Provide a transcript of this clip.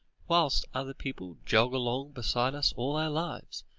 whilst other people jog along beside us all our lives,